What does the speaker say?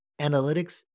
analytics